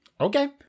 Okay